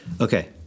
Okay